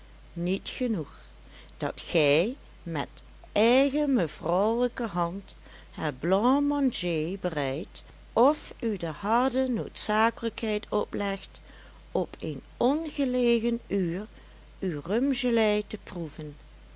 niet genoeg dat gij met eigen mevrouwelijke hand het blanc manger bereidt of u de harde noodzakelijkheid oplegt op een ongelegen uur uw rumgelei te proeven